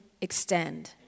extend